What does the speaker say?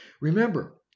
Remember